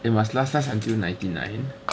it must last us until ninety nine